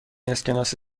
اسکناس